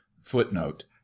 footnote